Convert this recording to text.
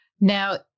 Now